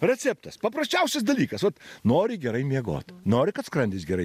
receptas paprasčiausias dalykas vat nori gerai miegot nori kad skrandis gerai